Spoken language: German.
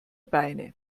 beine